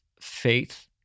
faith